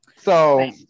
So-